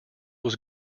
was